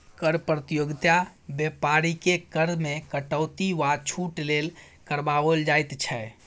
कर प्रतियोगिता बेपारीकेँ कर मे कटौती वा छूट लेल करबाओल जाइत छै